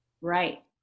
Right